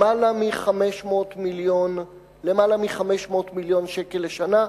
למעלה מ-500 מיליון שקל לשנה,